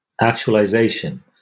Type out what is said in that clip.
actualization